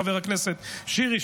חבר הכנסת שירי,